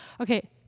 Okay